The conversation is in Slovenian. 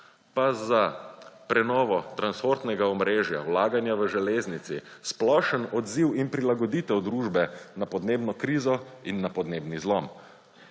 Pa za prenovo transportnega omrežja, vlaganja v železnice, splošen odziv in prilagoditev družbe na podnebno krizo in na podnebni zlom.